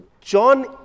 John